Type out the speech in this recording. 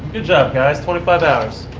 good job, guys. twenty five hours.